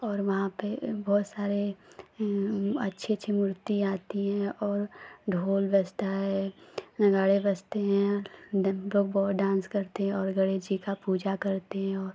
और वहाँ पर बहुत सारी अच्छी अच्छी मूर्तियाँ आती हैं और ढोल बजता है नगाड़े बजते हैं देन हमलोग बहुत डान्स करते हैं और गणेश जी की पूजा करते हैं और